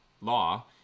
law